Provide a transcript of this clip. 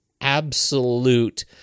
absolute